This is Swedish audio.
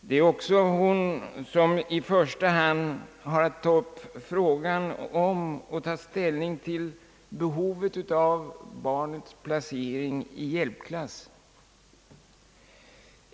Det är också hon som i första hand har att ta upp frågan om och ta ställning till behovet av barns placering i hjälpklass.